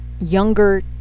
younger